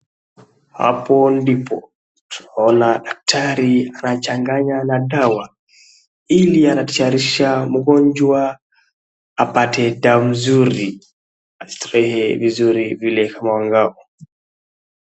Hapo ndipo tunaona daktari anachanganya na dawa ili anatayarisha mgonjwa apate dawa mzuri asikie vizuri vile tuonapo.